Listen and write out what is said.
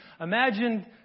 Imagine